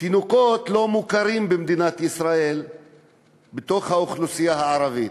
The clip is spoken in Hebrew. תינוקות לא מוכרים במדינת ישראל בתוך האוכלוסייה הערבית.